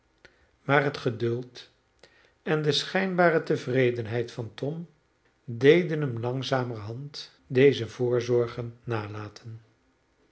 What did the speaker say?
maar het geduld en de schijnbare tevredenheid van tom deden hem langzamerhand deze voorzorgen nalaten